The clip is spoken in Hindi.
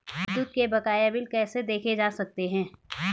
विद्युत के बकाया बिल कैसे देखे जा सकते हैं?